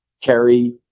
carry